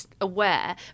aware